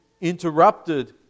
interrupted